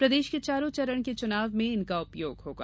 प्रदेश के चारों चरण के चुनाव में इनका उपयोग होगा